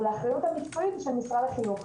אבל האחריות המקצועית היא של משרד החינוך.